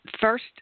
First